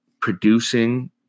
producing